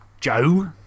Joe